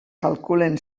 calculen